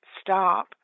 stop